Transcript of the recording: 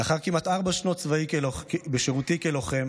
לאחר כמעט ארבע שנים בשירותי כלוחם